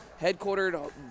headquartered